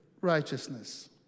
righteousness